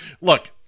Look